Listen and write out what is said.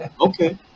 Okay